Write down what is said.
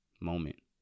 moment